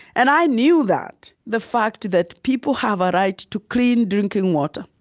and i knew that, the fact that people have a right to clean drinking water.